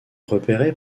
repérée